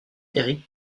eric